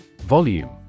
Volume